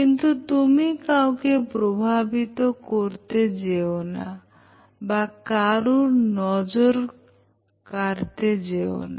কিন্তুতুমি কাউকে প্রভাবিত করতে যেও না বা কারুর নজর কারতে যেওনা